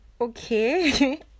okay